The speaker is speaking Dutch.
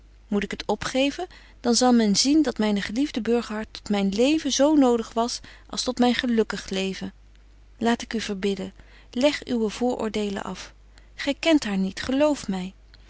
moet ik het opgeven dan zal men zien dat myne geliefde burgerhart tot myn leven zo nodig was als tot myn gelukkig leven laat ik u verbidden leg uwe vooröordelen af gy kent haar niet geloof my